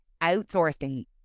outsourcing